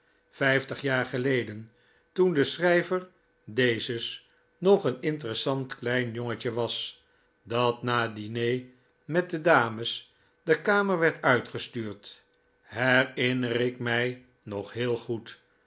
vijftig jaar geleden toen de schrijver dezes nog een interessant klein jongetje was dat na het diner met de dames de kamer werd uitgestuurd herinner ik mij nog heel goed